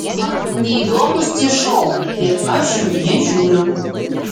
man neįdomūs tie šou ir aš jų nežiūriu